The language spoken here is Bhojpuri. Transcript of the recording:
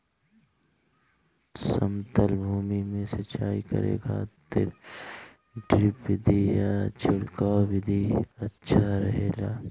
समतल भूमि में सिंचाई करे खातिर ड्रिप विधि या छिड़काव विधि अच्छा रहेला?